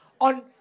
on